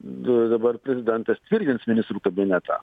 dabar prezidentas tvirtins ministrų kabinetą